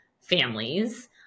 families